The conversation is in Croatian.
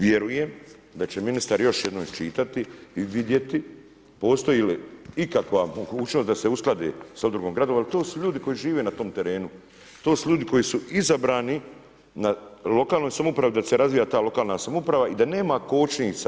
Vjerujem da će ministar još jednom iščitati i vidjeti postoji li ikakva mogućnost da se usklade sa Udrugom gradova jer to su ljudi koji žive na tom terenu, to su ljudi koji su izabrani na lokalnoj samoupravi da se razvija ta lokalna samouprava i da nema kočnica.